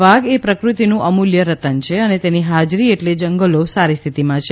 વાઘ એ પ્રકૃતિનું અમૂલ્ય રત્ન છે અને તેની હાજરી એટલે જંગલો સારી સ્થિતિમાં છે